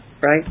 Right